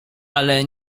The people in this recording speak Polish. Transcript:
ale